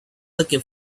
looking